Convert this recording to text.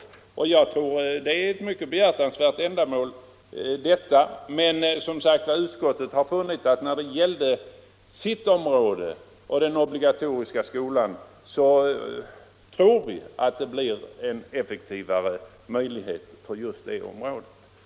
Jag tror också att detta ändamål är mycket behjärtansvärt. Men utskottet har som sagt funnit att när det gäller dess område - den obligatoriska skolan — bör det bli möjligheter till effektivare insatser på området.